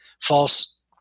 false